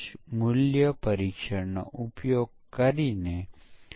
જ્યારે પ્રદર્શન પરીક્ષણો તે SRS દસ્તાવેજોમાં બિન કાર્યાત્મક આવશ્યકતાને તપાસે છે